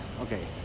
okay